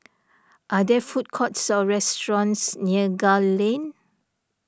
are there food courts or restaurants near Gul Lane